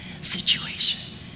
situation